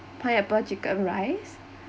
pineapple chicken rice